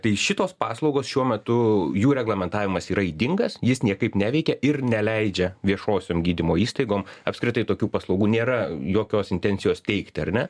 tai šitos paslaugos šiuo metu jų reglamentavimas yra ydingas jis niekaip neveikia ir neleidžia viešosiom gydymo įstaigom apskritai tokių paslaugų nėra jokios intencijos teikti ar ne